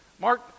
Mark